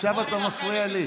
עכשיו אתה מפריע לי?